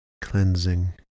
cleansing